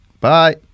Bye